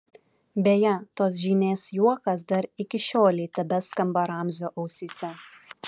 beje tos žynės juokas dar iki šiolei tebeskamba ramzio ausyse